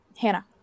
Hannah